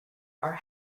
are